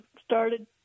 started